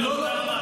לא, לא.